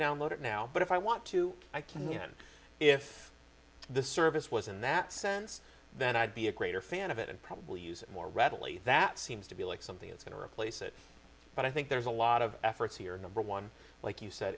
download it now but if i want to i can and if the service was in that sense then i'd be a greater fan of it and probably use it more readily that seems to be like something else going to replace it but i think there's a lot of efforts here number one like you said